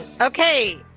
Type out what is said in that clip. Okay